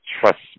Trust